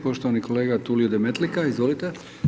Poštovani kolega Tulio Demetlika, izvolite.